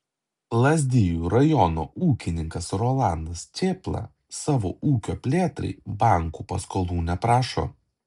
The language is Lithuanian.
lazdijų rajono ūkininkas rolandas čėpla savo ūkio plėtrai bankų paskolų neprašo